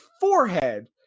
forehead